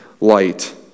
light